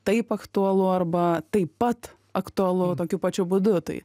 taip aktualu arba taip pat aktualu tokiu pačiu būdu tai